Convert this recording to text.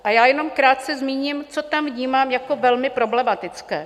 A já jenom krátce zmíním, co tam vnímám jako velmi problematické.